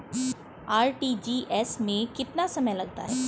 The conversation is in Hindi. आर.टी.जी.एस में कितना समय लगता है?